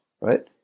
right